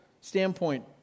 standpoint